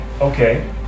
Okay